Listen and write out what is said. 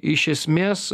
iš esmės